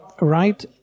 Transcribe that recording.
Right